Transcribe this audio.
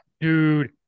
Dude